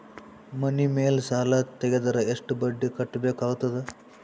ಮನಿ ಮೇಲ್ ಸಾಲ ತೆಗೆದರ ಎಷ್ಟ ಬಡ್ಡಿ ಕಟ್ಟಬೇಕಾಗತದ?